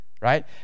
right